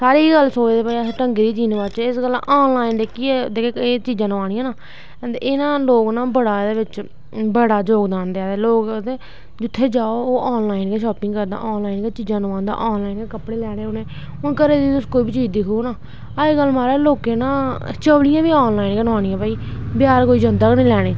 सारे इ'यो गल्ल सोचदे भाई अहें ढंगै दी चीज नोआचे इस गल्ला ऑनलाइन जेह्की ऐ एह् चीजां नोआनियां ना ते एह् ना लोग एहदे बिच बड़ा जोगदान देआ दे लोग आखदे जुत्थै जाओ ओह् आनलाइन गै शापिंग करदा आनलाइन गै चीजां नोआंदा आनलाइन गै कपड़े लैने उ'नें हून घरै दी तुस कोई बी चीज दिक्खोग ना अज्ज कल्ल महाराज लोकें ना चपलियां बी आनलाइल गै नोआनियां भाई बजार कोई जंदा गै नी लैने गी